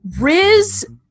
Riz